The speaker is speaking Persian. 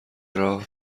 راه